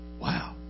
Wow